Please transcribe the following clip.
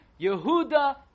Yehuda